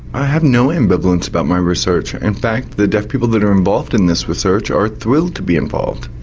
i have no ambivalence about my research. in fact the deaf people that are involved in this research are thrilled to be involved.